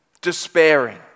despairing